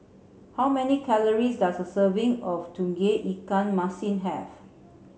how many calories does a serving of Tauge Ikan Masin have